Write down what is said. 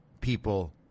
people